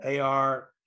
AR